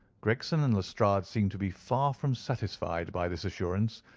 gregson and lestrade seemed to be far from satisfied by this assurance,